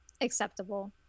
acceptable